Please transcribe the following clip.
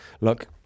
look